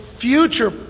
future